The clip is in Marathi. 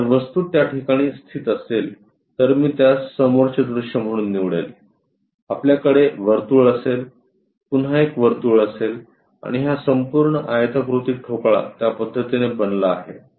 जर वस्तू त्या ठिकाणी स्थित असेल तर मी त्यास समोरचे दृश्य म्हणून निवडेल आपल्याकडे वर्तुळ असेल पुन्हा एक वर्तुळ असेल आणि हा संपूर्ण आयताकृती ठोकळा त्या पद्धतीने बनला आहे